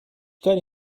کاری